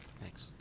Thanks